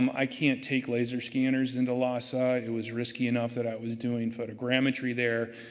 um i can't take laser scanners into lhasa, it was risky enough that i was doing photogrammetry there.